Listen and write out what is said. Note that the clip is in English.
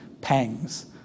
pangs